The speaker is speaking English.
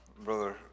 Brother